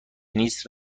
نیست